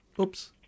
Oops